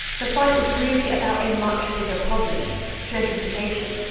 the fight was really about a much bigger problem gentrification.